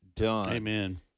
Amen